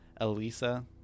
elisa